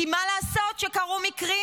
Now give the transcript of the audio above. כי מה לעשות שקרו מקרים.